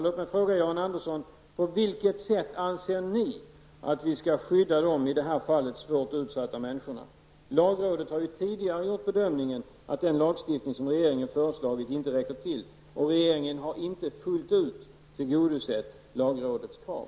Låt mig fråga Jan Andersson: På vilket sätt anser ni att man skall skydda de i detta fall svårt utsatta människorna? Lagrådet har ju tidigare gjort bedömningen att den lagstiftning som regeringen har föreslagit inte räcker till, och regeringen har inte fullt ut tillgodosett lagrådets krav.